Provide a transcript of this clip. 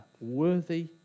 worthy